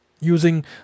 using